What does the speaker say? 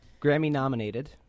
Grammy-nominated